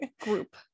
group